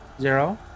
zero